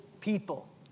people